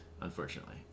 unfortunately